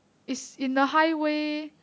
ya